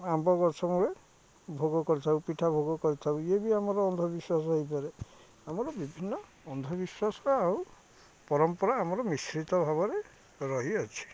ଆମ୍ବ ଗଛ ମୂଳେ ଭୋଗ କରିଥାଉ ପିଠା ଭୋଗ କରିଥାଉ ଇଏ ବି ଆମର ଅନ୍ଧବିଶ୍ୱାସ ହେଇପାରେ ଆମର ବିଭିନ୍ନ ଅନ୍ଧବିଶ୍ୱାସ ଆଉ ପରମ୍ପରା ଆମର ମିଶ୍ରିତ ଭାବରେ ରହିଅଛି